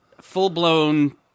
full-blown